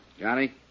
Johnny